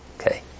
Okay